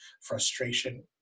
frustration